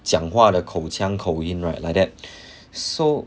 讲话的口腔口音 right like that so